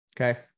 Okay